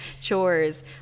chores